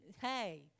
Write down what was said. Hey